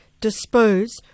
dispose